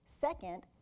Second